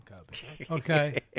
Okay